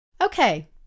Okay